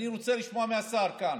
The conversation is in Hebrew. אני רוצה לשמוע מהשר כאן